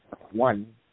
one